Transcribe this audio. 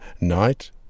night